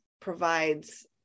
provides